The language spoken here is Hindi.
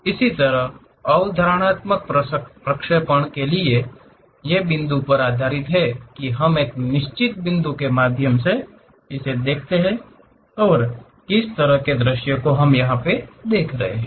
इसी तरह अवधारणात्मक प्रक्षेपणों ये बिंदु पर आधारित होते हैं की हम एक निश्चित बिंदु के माध्यम से इसे देखते हैं और किस तरह के दृश्य को हम देखेंगे